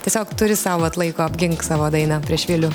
tiesiog turi sau vat laiko apgink savo dainą prieš vilių